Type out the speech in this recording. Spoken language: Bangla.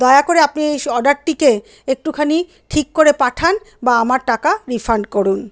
দয়া করে আপনি অর্ডারটিকে একটুখানি ঠিক করে পাঠান বা আমার টাকা রিফান্ড করুন